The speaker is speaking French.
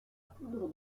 poudre